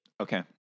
Okay